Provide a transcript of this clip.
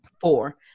four